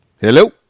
Hello